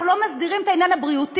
אנחנו לא מסדירים את העניין הבריאותי.